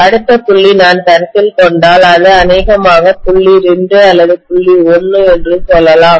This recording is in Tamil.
அடுத்த புள்ளி நான் கருத்தில் கொண்டால் இது அநேகமாக புள்ளி 2 அல்லது புள்ளி 1 என்று சொல்லலாம்